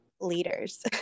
leaders